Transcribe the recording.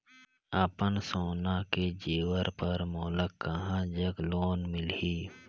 अपन सोना के जेवर पर मोला कहां जग लोन मिलही?